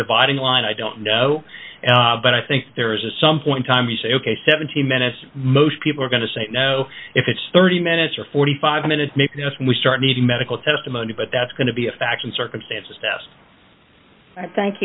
dividing line i don't know but i think there is a some point time you say ok seventeen minutes most people are going to say no if it's thirty minutes or forty five minutes maybe that's when we start needing medical testimony but that's going to be a facts and circumstances test thank